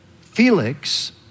Felix